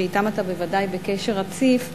שאתם אתה בוודאי בקשר רציף,